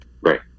Right